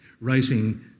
writing